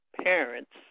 parents